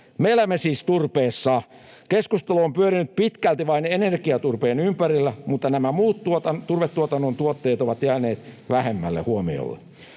Me elämme siis turpeessa. Keskustelu on pyörinyt pitkälti vain energiaturpeen ympärillä, mutta nämä muut turvetuotannon tuotteet ovat jääneet vähemmälle huomiolle.